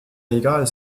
egal